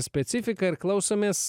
specifiką ir klausomės